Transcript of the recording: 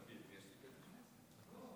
אדוני היושב-ראש, אני